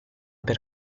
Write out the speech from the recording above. per